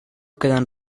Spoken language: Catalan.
queden